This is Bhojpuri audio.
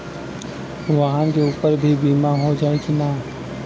वाहन के ऊपर भी बीमा हो जाई की ना?